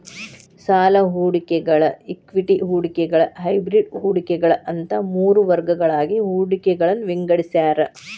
ಸಾಲ ಹೂಡಿಕೆಗಳ ಇಕ್ವಿಟಿ ಹೂಡಿಕೆಗಳ ಹೈಬ್ರಿಡ್ ಹೂಡಿಕೆಗಳ ಅಂತ ಮೂರ್ ವರ್ಗಗಳಾಗಿ ಹೂಡಿಕೆಗಳನ್ನ ವಿಂಗಡಿಸ್ಯಾರ